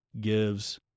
gives